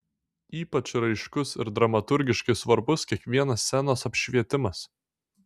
ypač raiškus ir dramaturgiškai svarbus kiekvienas scenos apšvietimas